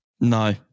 No